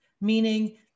Meaning